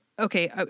Okay